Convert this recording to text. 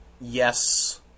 yes